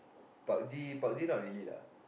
park z park z not really lah